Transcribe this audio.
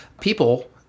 people